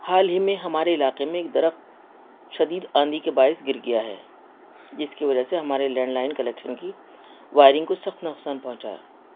حال ہی میں ہمارے علاقے میں ایک درخت شدید آندھی کے باعث گر گیا ہے جس کی وجہ سے ہمارے لینڈ لائن کنیکشن کی وائرنگ کو سخت نقصان پہنچا